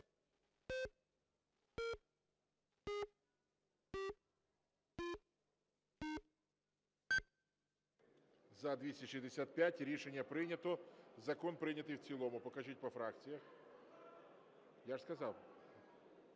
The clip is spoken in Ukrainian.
За-265 Рішення прийнято. Закон прийнятий в цілому. Покажіть по фракціях. Дякую.